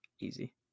easy